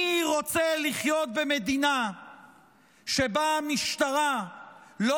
מי רוצה לחיות במדינה שבה המשטרה לא